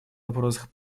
вопросах